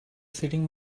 sitting